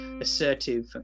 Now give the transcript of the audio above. assertive